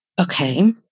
Okay